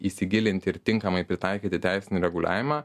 įsigilinti ir tinkamai pritaikyti teisinį reguliavimą